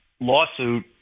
lawsuit